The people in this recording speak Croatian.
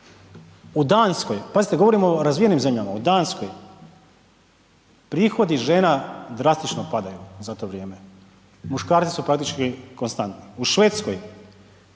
u Danskoj, pazite govorimo o razvijenim zemljama, u Danskoj prihodi žena drastično padaju za to vrijeme, muškarci su praktički konstantni. U Švedskoj